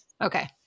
Okay